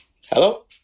Hello